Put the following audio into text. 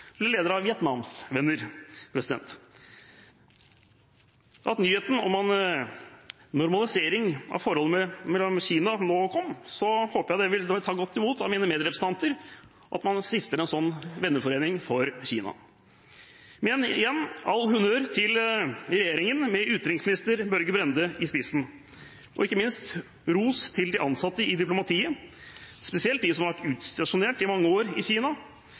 jeg leder av Vietnams venner. At nyheten om en normalisering av forholdet med Kina nå kom, håper jeg vil bli tatt godt imot av mine medrepresentanter, og at man stifter en venneforening for Kina. Igjen: All honnør til regjeringen med utenriksminister Børge Brende i spissen, og ikke minst ros til de ansatte i diplomatiet, spesielt de som har vært utstasjonert i Kina i mange år, som har stått på dag og natt for å bedre forholdet mellom Kina